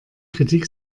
kritik